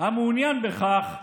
המעוניין בכך,